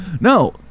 no